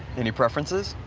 any preferences?